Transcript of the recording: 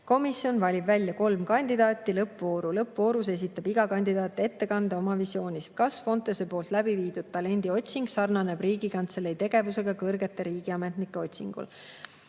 Komisjon valib välja kolm kandidaati lõppvooru. Lõppvoorus esitab iga kandidaat ettekande oma visioonist. Kas Fontese poolt läbi viidud talendiotsing sarnaneb Riigikantselei tegevusega kõrgete riigiametnike otsingul?"